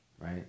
Right